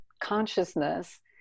consciousness